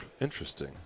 Interesting